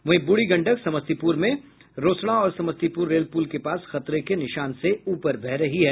वहीं ब्रूढ़ी गंडक समस्तीपुर में रोसड़ा और समस्तीपुर रेल पुल के पास खतरे के निशान से ऊपर बह रही हैं